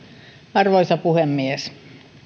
arvoisa puhemies